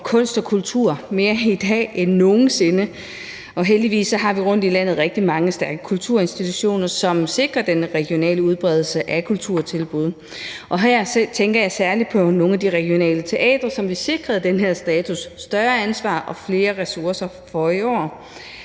kunst og kultur – i dag mere end nogen sinde – og heldigvis har vi rundtom i landet rigtig mange stærke kulturinstitutioner, som sikrer den regionale udbredelse af kulturtilbud, og her tænker jeg særlig på nogle af de regionale teatre, som vi sikrede den her status og et større ansvar og flere ressourcer for i år,